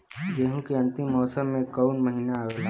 गेहूँ के अंतिम मौसम में कऊन महिना आवेला?